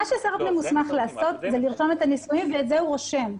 מה ששר הפנים מוסמך לעשות זה לרשום את הנישואים ואת זה הוא רושם.